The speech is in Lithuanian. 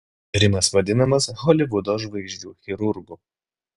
rimas vadinamas holivudo žvaigždžių chirurgu